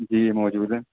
جی موجود ہیں